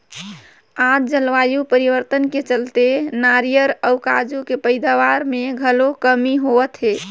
आज जलवायु परिवर्तन के चलते नारियर अउ काजू के पइदावार मे घलो कमी होवत हे